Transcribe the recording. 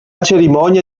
cerimonia